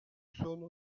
sono